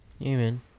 Amen